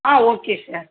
ah okay sir